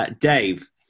Dave